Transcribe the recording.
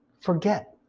forget